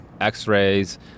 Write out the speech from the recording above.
x-rays